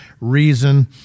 reason